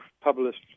published